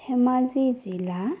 ধেমাজি জিলা